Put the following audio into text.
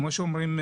כמו שאומרים,